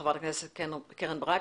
תודה רבה, חברת הכנסת קרן ברק.